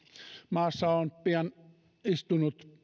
maassa on pian istunut